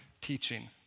teaching